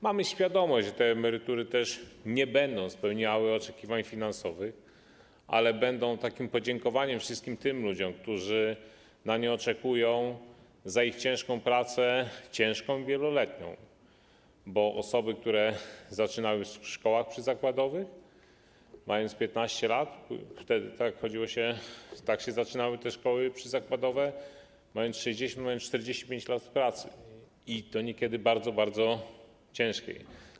Mamy świadomość, że te emerytury też nie będą spełniały oczekiwań finansowych, ale będą takim podziękowaniem wszystkim tym ludziom, którzy na nie oczekują, za ich ciężką pracę, ciężką i wieloletnią, bo osoby, które zaczynały w szkołach przyzakładowych mając 15 lat - tak się zaczynało w tych szkołach przyzakładowych - w wieku 60 lat mają za sobą 45 lat pracy i to niekiedy bardzo, bardzo ciężkiej.